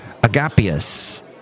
Agapius